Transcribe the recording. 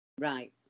Right